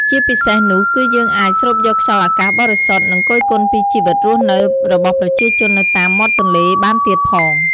ជាពិសេសនោះគឺយើងអាចស្រូបយកខ្យល់អាកាសបរិសុទ្ធ និងគយគន់ពីជីវិតរស់នៅរបស់ប្រជាជននៅតាមមាត់ទន្លេបានទៀតផង ។